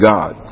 God